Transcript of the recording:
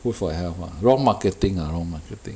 good for health ah wrong marketing ah wrong marketing